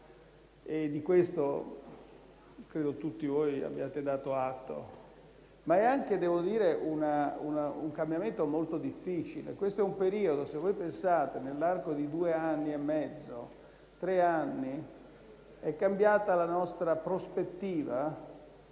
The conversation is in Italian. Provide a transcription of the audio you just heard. Di questo credo che tutti voi abbiate dato atto. Ma è anche, devo dire, un cambiamento molto difficile. Pensate che nell'arco di due anni e mezzo o tre anni è cambiata la nostra prospettiva